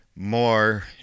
more